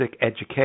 education